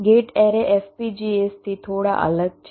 gate array FPGAs થી થોડા અલગ છે